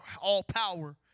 all-power